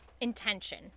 intention